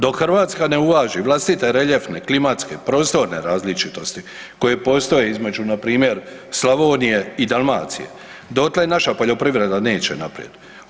Dok Hrvatska ne uvaži vlastite reljefne, klimatske, prostorne različitosti koje postoje između npr. Slavonije i Dalmacije, dotle naša poljoprivreda neće naprijed.